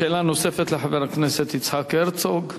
שאלה נוספת לחבר הכנסת יצחק הרצוג.